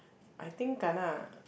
I think kana